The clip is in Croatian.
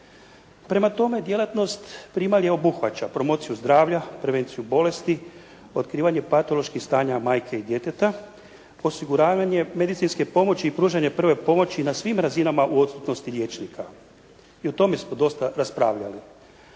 Prema tome, djelatnost primalje obuhvaća promociju zdravlja, prevenciju bolesti, otkrivanja patoloških stanja majke i djeteta, osiguravanje medicinske pomoći i pružanje prve pomoći na svim razinama u odsutnosti liječnika. I o tome smo dosta raspravljali.